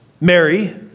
Mary